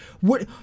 What-